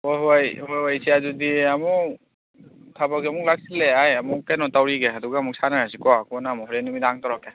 ꯍꯣꯏ ꯍꯣꯏ ꯍꯣꯏ ꯍꯣꯏ ꯏꯆꯦ ꯑꯗꯨꯗꯤ ꯑꯃꯨꯛ ꯊꯕꯛ ꯑꯃꯨꯛ ꯂꯥꯛꯁꯤꯜꯂꯦ ꯑꯩ ꯑꯃꯨꯛ ꯀꯩꯅꯣ ꯇꯧꯈꯤꯒꯦ ꯑꯗꯨꯒ ꯑꯃꯨꯛ ꯁꯥꯟꯅꯔꯁꯤꯀꯣ ꯀꯣꯟꯅ ꯑꯃꯨꯛ ꯍꯣꯔꯦꯟ ꯅꯨꯃꯤꯗꯥꯡ ꯇꯧꯔꯛꯀꯦ